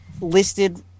listed